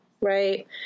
Right